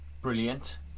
Brilliant